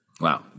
Wow